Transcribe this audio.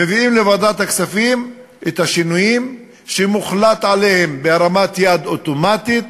מביאים לוועדת הכספים את השינויים שמוחלט עליהם בהרמת יד אוטומטית,